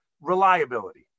reliability